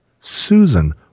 Susan